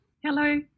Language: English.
Hello